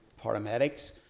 paramedics